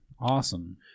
Awesome